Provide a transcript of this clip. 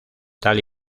tal